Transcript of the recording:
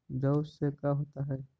जौ से का होता है?